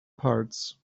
parts